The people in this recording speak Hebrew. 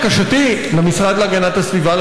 בקשתי מהמשרד להגנת הסביבה,